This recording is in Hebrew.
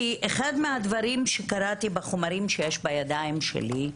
כי אחד מהדברים שקראתי בחומרים שיש בידיים שלי,